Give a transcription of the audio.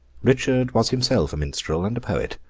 richard was himself a minstrel and a poet.